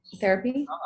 Therapy